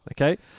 Okay